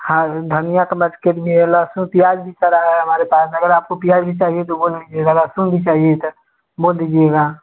हाँ धनिया के लिए लहसुन प्याज भी पड़ा है हमारे पास अगर आपको प्याज भी चाहिए तो बोल दीजिए लहसुन भी चाहिए सर बोल दीजिएगा